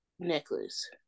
necklace